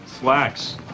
slacks